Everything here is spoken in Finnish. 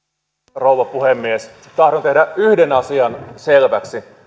rouva puhemies tahdon tehdä yhden asian selväksi